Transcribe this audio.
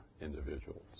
individuals